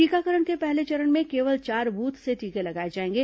टीकाकरण के पहले चरण में केवल चार बूथ से टीके लगाए जाएंगे